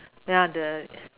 ya the